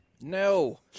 No